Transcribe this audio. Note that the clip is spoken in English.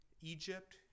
Egypt